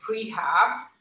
prehab